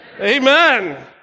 Amen